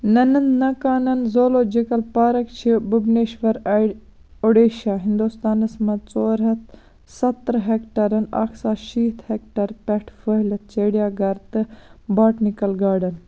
نَنَن نَکانن zoological park چھِ بُبنیشور اُڈیشہ ہنٛدوستانَس منٛز ژور ہتھ سَتترٕہ ہیٚکٹَرن اکھ ساس شیٖتھ ہیٚکٹَر پٮ۪ٹھ پھٔہلِتھ چِڑیا گَر تہٕ باٹنِکل گارڈَن